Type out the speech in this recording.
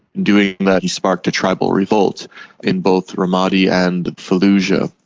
doing that sparked a tribal revolt in both ramadi and fallujah.